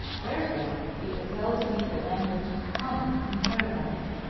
wherefore it was held to be the language common in paradise.